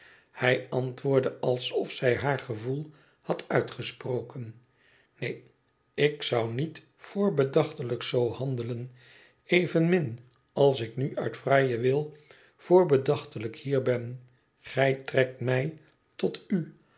hij antwoordde alsof zij haar gevoel had uitgesproken neen ik zou niet voorbedachtelijk zoo handelen evenmm als ik nu uit vrijen wil voorbedachtelijk hier ben gij trekt mij tot u